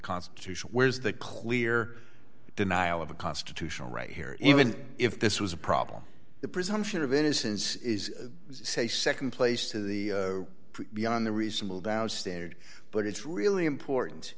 constitution where is the clear denial of a constitutional right here even if this was a problem the presumption of innocence is say nd place to the beyond the reasonable doubt standard but it's really important